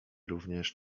również